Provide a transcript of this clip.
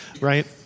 right